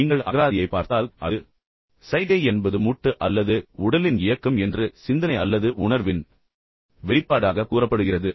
நீங்கள் அகராதியைப் பார்த்தால் அது வெறுமனே சைகை என்பது மூட்டு அல்லது உடலின் இயக்கம் என்று சிந்தனை அல்லது உணர்வின் வெளிப்பாடாக கூறப்படுகிறது